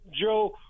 Joe